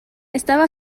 estaba